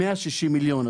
160 מיליון.